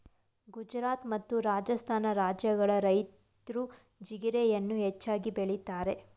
ಗುಜರಾತ್ ಮತ್ತು ರಾಜಸ್ಥಾನ ರಾಜ್ಯಗಳ ರೈತ್ರು ಜೀರಿಗೆಯನ್ನು ಹೆಚ್ಚಾಗಿ ಬೆಳಿತರೆ